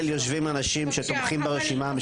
יושבים אנשים שתומכים ברשימה המשותפת.